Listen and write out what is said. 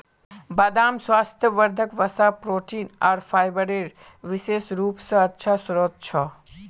बदाम स्वास्थ्यवर्धक वसा, प्रोटीन आर फाइबरेर विशेष रूप स अच्छा स्रोत छ